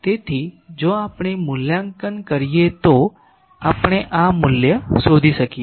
તેથી જો આપણે મૂલ્યાંકન કરીએ તો આપણે આ મૂલ્ય શોધી શકીએ